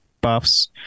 buffs